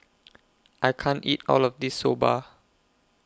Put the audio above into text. I can't eat All of This Soba